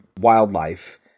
Wildlife